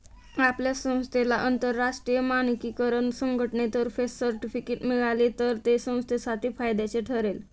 आपल्या संस्थेला आंतरराष्ट्रीय मानकीकरण संघटनेतर्फे सर्टिफिकेट मिळाले तर ते संस्थेसाठी फायद्याचे ठरेल